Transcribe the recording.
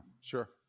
sure